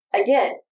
again